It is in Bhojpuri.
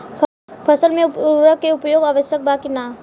फसल में उर्वरक के उपयोग आवश्यक बा कि न?